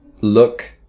look